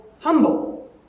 humble